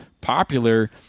popular